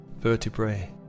vertebrae